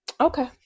Okay